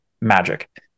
Magic